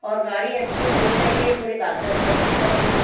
और गाड़ी अच्छी नई चाहिए पूरे कागजात कंप्लीट वाली